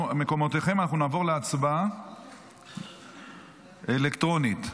אנחנו נעבור להצבעה אלקטרונית.